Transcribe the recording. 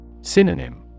Synonym